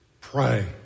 Pray